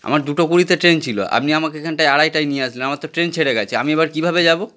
আমার দুটো কুড়িতে ট্রেন ছিল আপনি আমাকে এখানটায় আড়াইটায় নিয়ে আসলেন আমার তো ট্রেন ছেড়ে গিয়েছে আমি এবার কীভাবে যাব